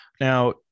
Now